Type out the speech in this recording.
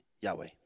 Yahweh